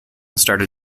started